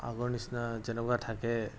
আগৰ নিচিনা যেনেকুৱা থাকে